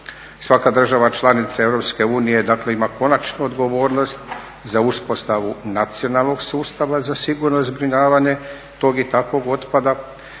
Svaka država članica EU dakle ima konačnu odgovornost za uspostavu nacionalnog sustava za sigurno zbrinjavanje tog i takvog otpada